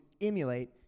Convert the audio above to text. emulate